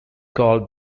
called